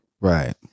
Right